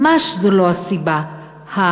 ממש זו לא הסיבה הכספית,